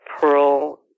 Pearl